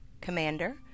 Commander